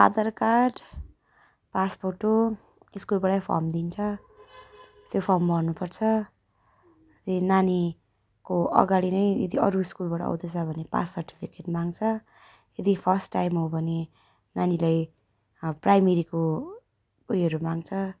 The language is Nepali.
आधार कार्ड पासफोटो स्कुलबाटै फर्म दिन्छ त्यो फर्म भर्नुपर्छ ए नानीको अगाडि नै यदि अरू स्कुलबाट आउँदैछ भने पास सर्टिफिकेट माग्छ यदि फर्स्ट टाइम हो भने नानीलाई अब प्राइमेरीको उयोहरू माग्छ